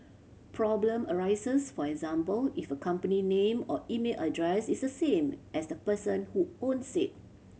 problem arises for example if a company name or email address is the same as the person who owns it